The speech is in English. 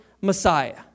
Messiah